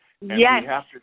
yes